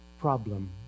problem